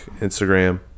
Instagram